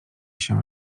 się